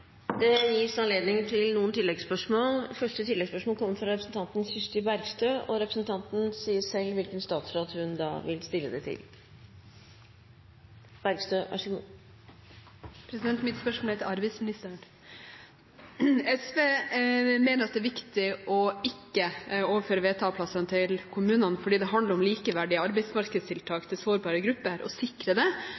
Kirsti Bergstø – til oppfølgingsspørsmål. Mitt spørsmål går til arbeidsministeren. SV mener det er viktig å ikke overføre VTA-plassene til kommunene, for det handler om å sikre likeverdige arbeidsmarkedstiltak for sårbare grupper, og det handler om å